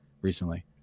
recently